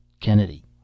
Kennedy